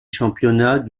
championnat